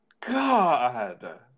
God